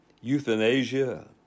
euthanasia